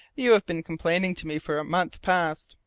you have been complaining to me for a month past,